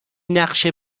نقشه